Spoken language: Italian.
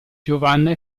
giovanna